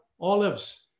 Olives